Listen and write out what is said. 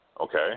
Okay